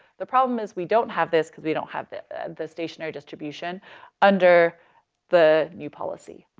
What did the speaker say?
the problem is, we don't have this because we don't have the the stationary distribution under the new policy.